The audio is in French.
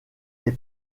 les